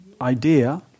idea